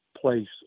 place